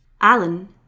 Alan